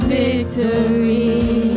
victory